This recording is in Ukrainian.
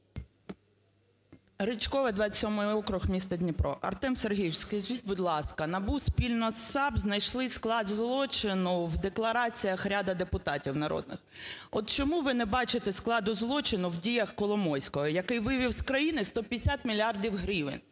Ричкова, 27 округ, місто Дніпро. Артем Сергійович, скажіть, будь ласка, НАБУ спільно з САП знайшли склад злочину в деклараціях ряду депутатів народних. От чому ви не бачите складу злочину в діях Коломойського, який вивів з країни 150 мільярдів гривень?